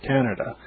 Canada